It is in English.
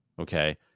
Okay